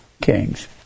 Kings